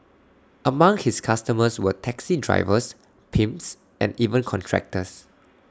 among his customers were taxi drivers pimps and even contractors